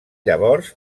llavors